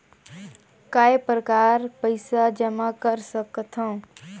काय प्रकार पईसा जमा कर सकथव?